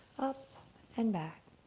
up and back.